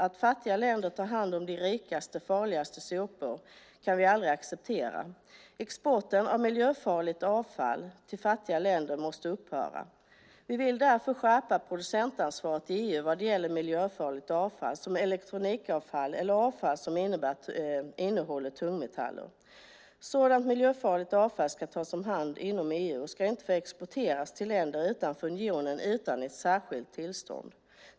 Att fattiga länder tar hand om de rikas farligaste sopor kan vi aldrig acceptera. Exporten av miljöfarligt avfall till fattiga länder måste upphöra. Vi vill därför skärpa producentansvaret i EU vad gäller miljöfarligt avfall som elektronikavfall eller avfall som innehåller tungmetaller. Sådant miljöfarligt avfall ska tas om hand inom EU och ska inte få exporteras till länder utanför unionen utan särskilt tillstånd.